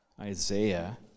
Isaiah